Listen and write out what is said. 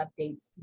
updates